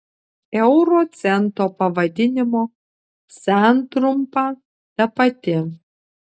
euro cento pavadinimo santrumpa ta pati